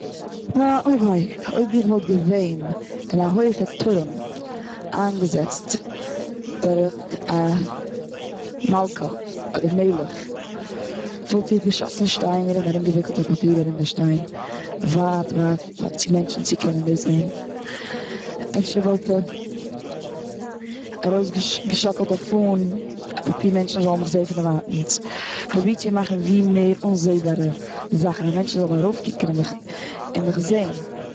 אה, אוי וויי. אויב איך וואלט געווען און א הויעכע טורעם איינגעזעצט דורך א מלכה אדער מלך, וואלט איך געשאסן שטיינער ארום געוויקלט א פאפיר ארום די שטיין ווייט ווייט צו מענטשן צו קענען זען. אפשר וואלט איך ארויסגעש- געשאקלט א פאן מענטשן זאלן מיך זעהן פון דערווייטענס. פרובירט צו מאכן ווי מער אנזעבארע זאכן אז מענטשן זאלן ארויף קוקן און מיך זען.